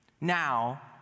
Now